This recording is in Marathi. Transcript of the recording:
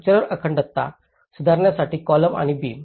स्ट्रक्चरल अखंडता सुधारण्यासाठी कॉलम आणि बीम